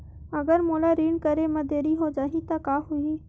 अगर मोला ऋण करे म देरी हो जाहि त का होही?